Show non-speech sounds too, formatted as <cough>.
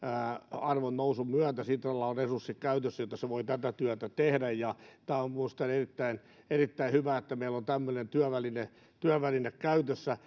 arvonnousun myötä sitralla on resurssit käytössä jotta se voi tätä työtä tehdä tämä on mielestäni erittäin hyvä että meillä on tämmöinen työväline työväline käytössä <unintelligible>